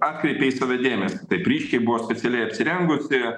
atkreipė į save dėmesį taip ryškiai buvo specialiai apsirengusi